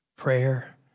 Prayer